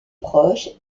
proche